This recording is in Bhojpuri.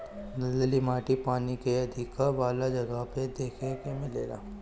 दलदली माटी पानी के अधिका वाला जगह पे देखे के मिलेला